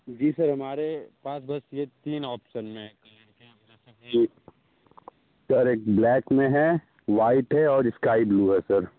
जी sir हमारे पास बस यह तीन ऑप्शन हैं जी सर एक ब्लैक में है व्हाइट है और स्काए ब्लू है सर